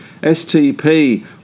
STP